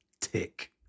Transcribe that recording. tick